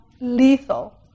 lethal